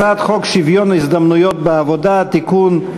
הצעת חוק שוויון ההזדמנויות בעבודה (תיקון,